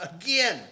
Again